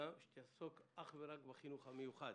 שתעסוק אך ורק בחינוך המיוחד.